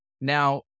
Now